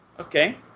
Okay